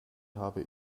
habe